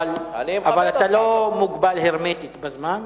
אבל אתה לא מוגבל הרמטית בזמן.